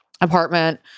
apartment